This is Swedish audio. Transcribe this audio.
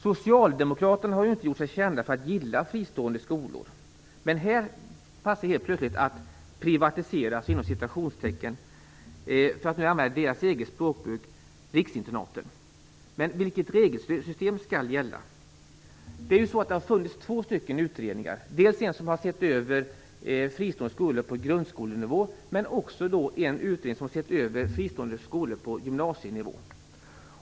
Socialdemokraterna har ju inte gjort sig kända för att gilla fristående skolor, men här passar det helt plötsligt att "privatisera" riksinternaten, för att nu använda deras eget språkbruk. Men vilket regelsystem skall gälla? Det har ju funnits två utredningar - en som har sett över fristående skolor på grundskolenivå, men också en som sett över fristående skolor på gymnasienivå.